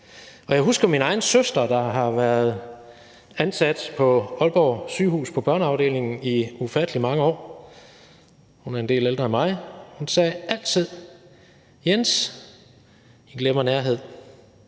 og jeg husker, at min egen søster, der har været ansat på børneafdelingen på Aalborg Sygehus i ufattelig mange år – hun er en del ældre end mig – altid sagde: Jens, I glemmer nærhed.